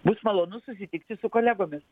bus malonu susitikti su kolegomis